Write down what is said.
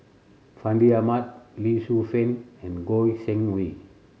Fandi Ahmad Lee Shu Fen and Goi Seng Hui